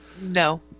No